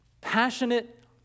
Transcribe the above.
passionate